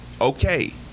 Okay